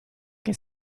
che